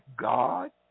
God